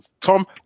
Tom